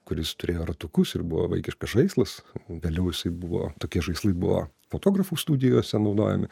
kuris turėjo ratukus ir buvo vaikiškas žaislas vėliau jisai buvo tokie žaislai buvo fotografų studijose naudojami